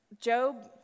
Job